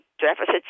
deficits